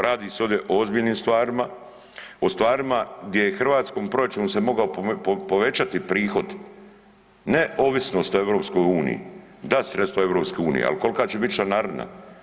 Radi se ovdje o ozbiljnim stvarima, o stvarima gdje je hrvatskom proračunu se mogao povećati prihod, ne ovisnost o EU, da sredstva EU, ali kolika će biti članarina.